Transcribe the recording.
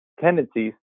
tendencies